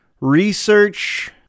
research